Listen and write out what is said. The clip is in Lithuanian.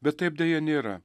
bet taip deja nėra